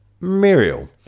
Muriel